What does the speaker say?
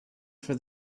for